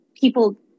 people